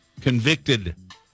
convicted